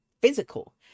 physical